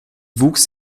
wuchs